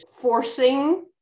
forcing